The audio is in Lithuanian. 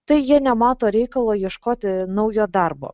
tai jie nemato reikalo ieškoti naujo darbo